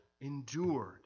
endured